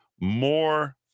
more